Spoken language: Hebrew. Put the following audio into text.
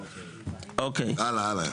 הלאה.